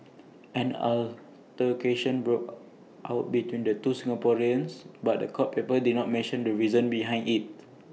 an altercation broke out between the two Singaporeans but court papers did not mention the reason behind IT